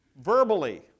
verbally